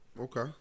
Okay